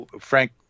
Frank